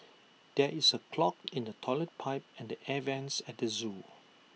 there is A clog in the Toilet Pipe and the air Vents at the Zoo